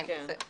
כן, בסדר.